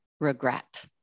regret